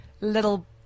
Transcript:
little